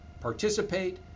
participate